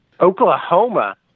Oklahoma